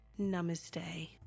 Namaste